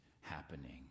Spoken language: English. happening